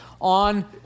on